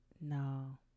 no